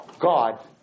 God